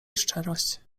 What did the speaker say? szczerość